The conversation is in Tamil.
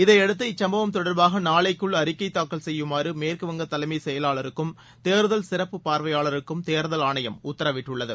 இதையடுத்து இச்சும்பவம் தொடர்பாக நாளைக்குள் அறிக்கை தாக்கல் செய்யுமாறு மேற்குவங்க தலைமைச் செயலாளருக்கும் தேர்தல் சிறப்பு பார்வையாளருக்கும் தேர்தல் ஆணையம் உத்தரவிட்டுள்ளது